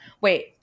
Wait